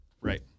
Right